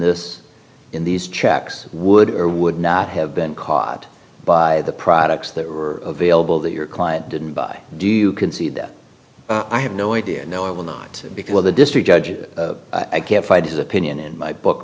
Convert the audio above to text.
this in these checks would or would not have been caught by the products that were available that your client didn't buy do you concede that i have no idea and no i will not because all the district judges i can't find his opinion in my book